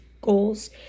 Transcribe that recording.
goals